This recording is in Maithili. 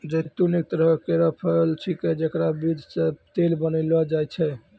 जैतून एक तरह केरो फल छिकै जेकरो बीज सें तेल बनैलो जाय छै